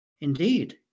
Indeed